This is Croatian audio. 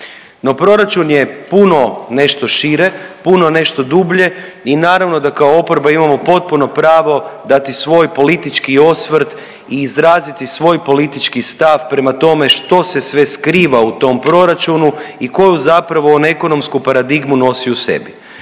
No, proračun je puno nešto šire, puno nešto dublje i naravno da kao oporba imamo potpuno pravo dati svoj politički osvrt i izraziti svoj politički stav prema tome što se sve skriva u tom Proračunu i koju zapravo onu ekonomsku paradigmu nosi u sebi.